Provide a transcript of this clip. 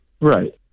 Right